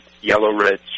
yellow-red